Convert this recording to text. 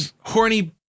horny